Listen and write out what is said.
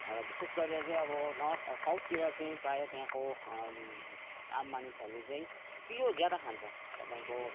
विशेष गरेर चाहिँ अब नर्थ साउथतिर चाहिँ प्रायः त्यहाँको आम मानिसहरूले चाहिँ पिरो ज्यादा खान्छ तपाईँको